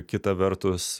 kita vertus